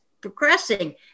progressing